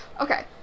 Okay